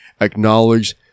acknowledge